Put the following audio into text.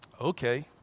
Okay